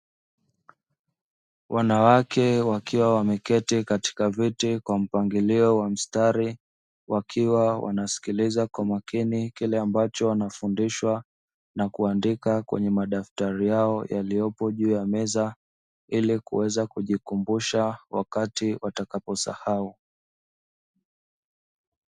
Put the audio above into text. Wanawake wakiwa wameketi katika viti kwa mpangilio wa mstari wakiwa wanasikiliza kwa makini, kile ambacho wanafundishwa na kuandika kwenye madaftari yao yaliyopo juu ya meza ili kuweza kujikumbusha wakati watakaposahau.